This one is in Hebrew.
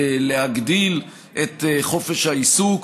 להגדיל את חופש העיסוק.